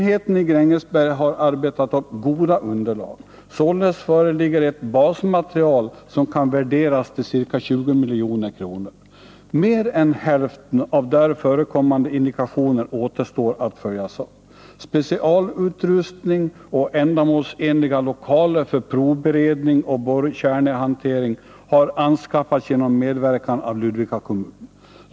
Enheten i Grängesberg har arbetat upp goda underlag. Således föreligger ett basmaterial som kan värderas till ca 20 milj.kr. Mer än hälften av där förekommande indikationer återstår att följa upp. Specialutrustning och ändamålsenliga lokaler för provberedning och borrkärnhantering har anskaffats genom medverkan av Ludvika kommun.